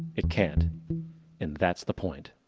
it can't and that's the point.